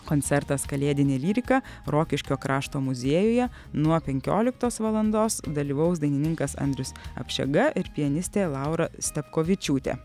koncertas kalėdinė lyrika rokiškio krašto muziejuje nuo penkioliktos valandos dalyvaus dainininkas andrius apšega ir pianistė laura stepkovičiūtė